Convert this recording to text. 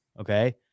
Okay